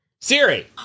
Siri